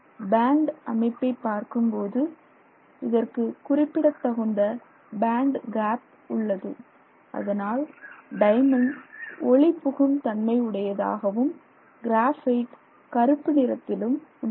pant அமைப்பை பார்க்கும்போது இதற்கு குறிப்பிடத்தகுந்த பேண்ட் கேப் உள்ளது அதனால் டைமண்ட் ஒளிபுகும் தன்மை உடையதாகவும் கிராபைட் கருப்பு நிறத்திலும் உள்ளது